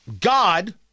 God